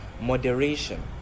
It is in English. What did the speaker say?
moderation